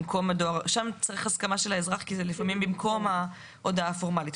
שם צריך הסכמה של האזרח כי זה לפעמים במקום ההודעה הפורמלית.